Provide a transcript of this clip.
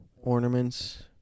ornaments